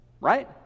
Right